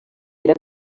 era